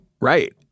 Right